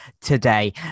today